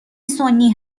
سنی